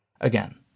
Again